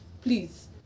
please